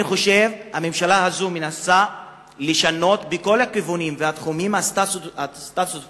אני חושב שהממשלה הזאת מנסה לשנות בכל הכיוונים והתחומים את הסטטוס-קוו,